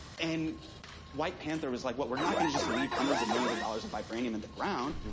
and white panther was like, what? we're not going to just leave hundreds of millions of dollars of vibranium in the ground.